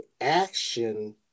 action